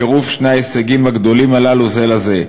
קירוב שני ההישגים הגדולים הללו זה לזה,